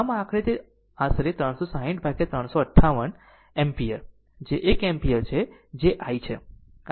આમ આખરે તે આશરે 360 ભાગ્યા 358 એમ્પીયર જે 1 એમ્પીયર છે જે i છે